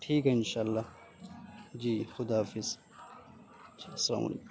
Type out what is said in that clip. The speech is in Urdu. ٹھیک ہے ان شاء اللہ جی خدا حافظ السلام علیکم